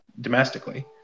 domestically